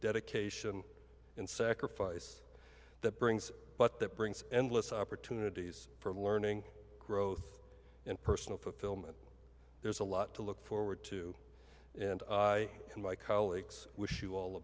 dedication and sacrifice that brings but that brings endless opportunities for learning growth and personal fulfillment there's a lot to look forward to and i and my colleagues wish you all the